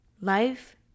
life